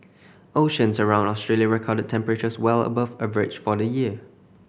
oceans around Australia recorded temperatures well above average for the year